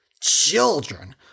Children